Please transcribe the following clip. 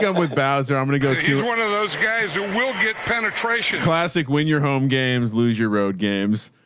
with bows or i'm going to go to sort of those guys or we'll get penetration classic. when you're home games, lose your road games,